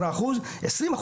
20%,